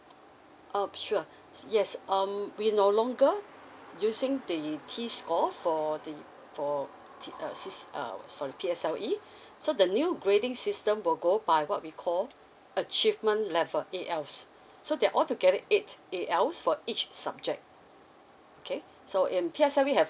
um sure yes um we no longer using the T score for the for uh C_C uh sorry P_S_L_E so the new grading system will go by what we call achievement level A_L so they're altogether eight A_L_S for each subject okay so in P_S_L_E have